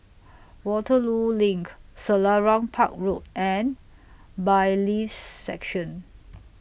Waterloo LINK Selarang Park Road and Bailiffs' Section